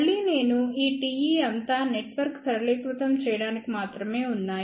మళ్ళీ నేను ఈ Te అంతా నెట్వర్క్ సరళీకృతం చేయడానికి మాత్రమే ఉన్నాయి